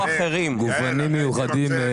עקב מאפיינם מיוחדים.